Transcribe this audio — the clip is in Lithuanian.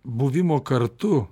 buvimo kartu